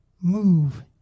move